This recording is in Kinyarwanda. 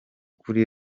kuri